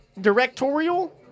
Directorial